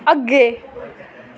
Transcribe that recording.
अग्गें